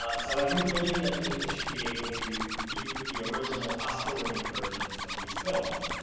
so i do believe that people should be able to view the original, oscar-winning versions of these films,